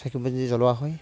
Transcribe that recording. চাকি বন্তি জ্বলোৱা হয়